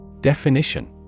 Definition